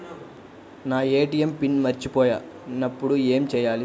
నా ATM pin మర్చిపోయినప్పుడు ఏమి చేయాలి?